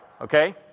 Okay